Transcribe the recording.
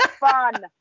fun